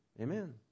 Amen